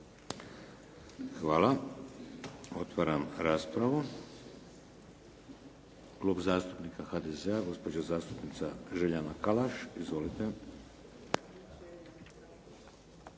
Hvala. Otvaram raspravu. Klub zastupnika HDZ-a gospođa zastupnica Željana Kalaš. Izvolite.